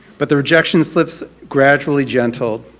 but the rejection slips gradually gentle.